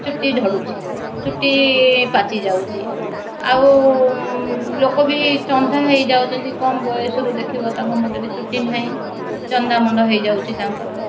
ଚୁଟି ଝଡ଼ୁଛି ଚୁଟି ପାଚି ଯାଉଛି ଆଉ ଲୋକ ବି ଚନ୍ଦା ହୋଇଯାଉଛନ୍ତି କମ ବୟସରୁ ଦେଖିବ ତାଙ୍କ ମୋଟେ ଚୁଟି ନାହିଁ ଚନ୍ଦାମୁଣ୍ଡ ହୋଇଯାଉଛି ତାଙ୍କର